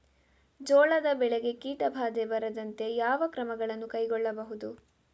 ಜೋಳದ ಬೆಳೆಗೆ ಕೀಟಬಾಧೆ ಬಾರದಂತೆ ಯಾವ ಕ್ರಮಗಳನ್ನು ಕೈಗೊಳ್ಳಬಹುದು?